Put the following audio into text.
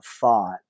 thought